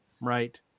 Right